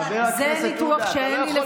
חבר הכנסת עודה,